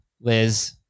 Liz